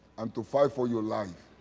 and to fight for your life.